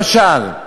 למשל,